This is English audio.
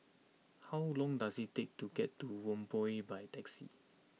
how long does it take to get to Whampoa by taxi